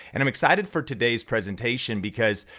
and i'm excited for today's presentation because,